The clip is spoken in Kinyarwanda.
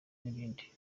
n’ibindi